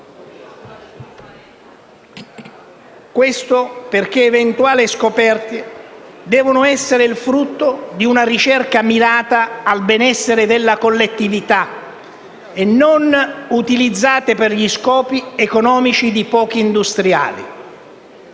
Questo perché eventuali scoperte devono essere il frutto di una ricerca mirata al benessere della collettività, e non utilizzate per gli scopi economici di pochi industriali.